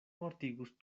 mortigus